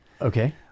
Okay